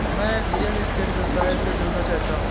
मैं real estate व्यवसाय से जुड़ना चाहता हूँ